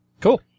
Cool